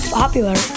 popular